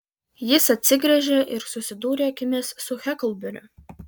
jis atsigręžė ir susidūrė akimis su heklberiu